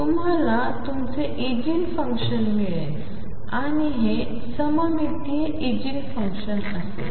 तुम्हाला तुमचे eigen function मिळेल आणि हे सममितीय इगेन फुंकशन असेल